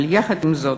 אבל יחד עם זאת,